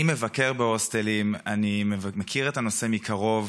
אני מבקר בהוסטלים, אני מכיר את הנושא מקרוב.